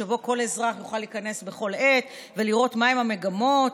שאליו כל אזרח יוכל להיכנס בכל עת ולראות מהן המגמות,